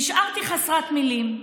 נשארתי חסרת מילים.